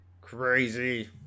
Crazy